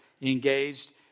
engaged